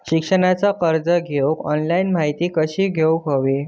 शिक्षणाचा कर्ज घेऊक ऑनलाइन माहिती कशी घेऊक हवी?